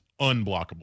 unblockable